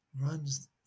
runs